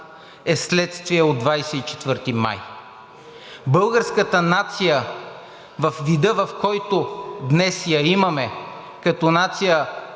е следствие от 24 май. Българската нация във вида, в който днес я имаме като нация